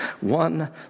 one